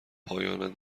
پایان